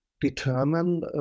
determine